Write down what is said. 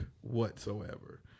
whatsoever